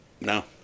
no